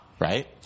right